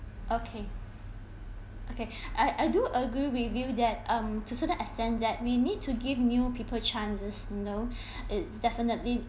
okay okay I I do agree with you that um to certain extent that we need to give new people chances know it's definitely